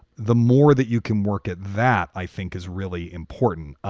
the more that you can work at that, i think is really important.